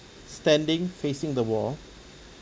standing facing the wall